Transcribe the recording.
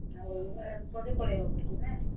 ଆଉ ପରେ ପଳାଇବା ଘରକୁ ନା